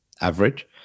average